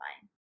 fine